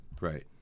right